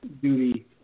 duty